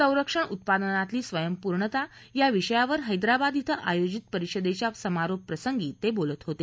संरक्षण उत्पादनातली स्वयंपूर्णता या विषयावर हैद्राबाद श्वे आयोजित परिषदेच्या समारोप प्रसंगी ते बोलत होते